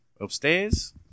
Upstairs